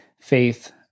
faith